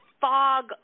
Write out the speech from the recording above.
fog